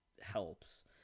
helps